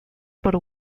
por